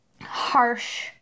harsh